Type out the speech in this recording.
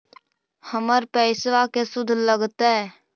हमर पैसाबा के शुद्ध लगतै?